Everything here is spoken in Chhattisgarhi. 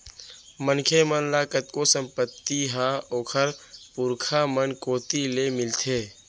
मनखे मन ल कतको संपत्ति ह ओखर पुरखा मन कोती ले मिलथे